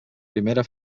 primera